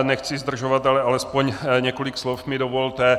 Nechci zdržovat, ale alespoň několik slov mi dovolte.